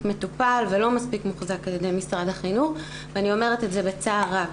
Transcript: מטופל ולא מספיק מחוזק על ידי משרד החינוך ואני אומרת את זה בצער רב.